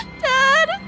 Dad